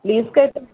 లీజ్కి అయితే